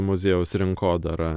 muziejaus rinkodarą